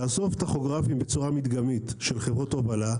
תאסוף טכוגרפים של חברות הובלה בצורה מדגמית,